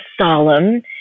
solemn